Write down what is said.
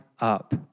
up